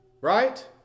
Right